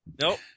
Nope